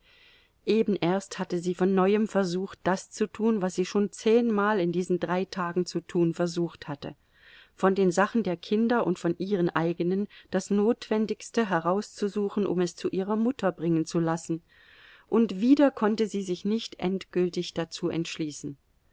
eben erst hatte sie von neuem versucht das zu tun was sie schon zehnmal in diesen drei tagen zu tun versucht hatte von den sachen der kinder und von ihren eigenen das notwendigste herauszusuchen um es zu ihrer mutter bringen zu lassen und wieder konnte sie sich nicht endgültig dazu entschließen